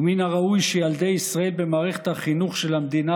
ומן הראוי שילדי ישראל במערכת חינוך של המדינה